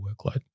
workload